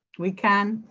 we can.